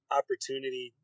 opportunity